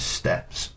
steps